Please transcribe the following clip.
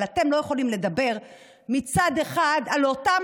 אבל אתם לא יכולים לדבר מצד אחד על אותם